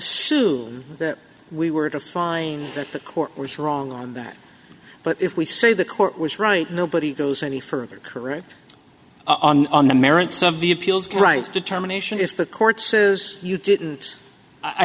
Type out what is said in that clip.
me that we were to find that the court was wrong on that but if we say the court was right nobody goes any further correct on the merits of the appeals price determination if the court says you didn't i